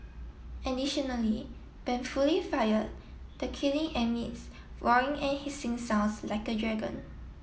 additionally when fully fired the kilin emits roaring and hissing sounds like a dragon